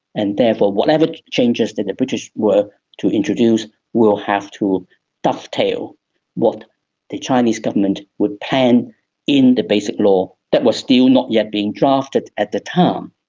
and therefore whatever changes that the british were to introduce will have to dovetail what the chinese government would plan in the basic law that was still not yet being drafted at the time.